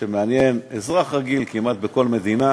שמעניין אזרח רגיל כמעט בכל מדינה,